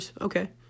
Okay